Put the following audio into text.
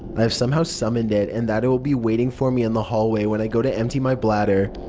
i have somehow summoned it and that it will be waiting for me in the hallway when i go to empty my bladder.